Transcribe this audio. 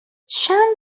chant